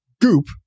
goop